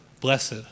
blessed